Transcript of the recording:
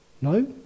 No